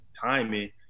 timing